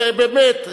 באמת,